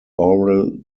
oral